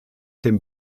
dem